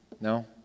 No